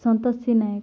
Santoshi Nayak